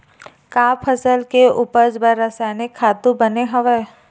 का फसल के उपज बर रासायनिक खातु बने हवय?